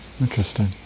Interesting